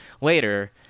Later